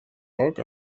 poc